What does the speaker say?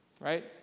Right